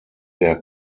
der